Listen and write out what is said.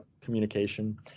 communication